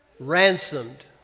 ransomed